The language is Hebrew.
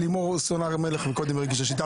גם לא פרסונלית וגם לא